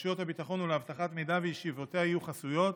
רשויות הביטחון ולאבטחת מידע וישיבותיה יהיו חסויות.